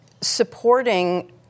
supporting